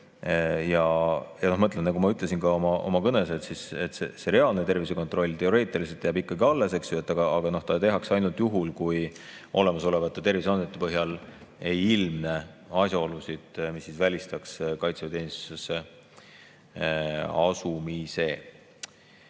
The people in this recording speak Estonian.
kontrolle. Nagu ma ütlesin ka oma kõnes, see reaalne tervisekontroll jääb teoreetiliselt ikkagi alles, aga see tehakse ainult juhul, kui olemasolevate terviseandmete põhjal ei ilmne asjaolusid, mis välistaks kaitseväeteenistusse asumise.